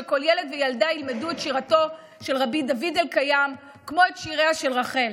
שכל ילד וילדה ילמדו את שירתו של רבי דוד אלקיים כמו את שיריה של רחל.